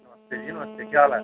नमस्ते जी नमस्ते केह् हाल ऐ